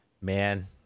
man